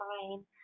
fine